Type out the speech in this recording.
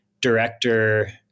director